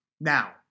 Now